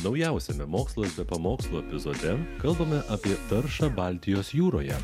naujausiame mokslo be pamokslų epizode kalbame apie taršą baltijos jūroje